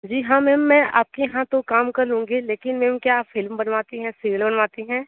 जी हाँ मैम मैं आपके यहाँ तो काम कर लूँगी लेकिन क्या मैम आप फिल्म बनवाती हैं सीरियल बनवाती हैं